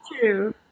true